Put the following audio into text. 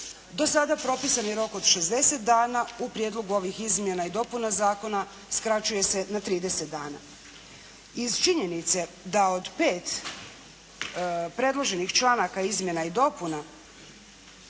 do sada propisani rok od 60 dana u prijedlogu ovih Izmjena i dopuna Zakona skraćuje se na 30 dana. Iz činjenice da od pet predloženih članaka izmjena i dopuna